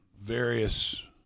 various